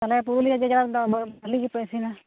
ᱛᱟᱦᱚᱞᱮ ᱯᱩᱨᱩᱞᱤᱭᱟᱹ ᱡᱮᱞᱟ ᱨᱮᱫᱚ ᱵᱷᱟᱞᱮ ᱜᱮᱯᱮ ᱤᱥᱤᱱᱟ